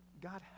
God